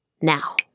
now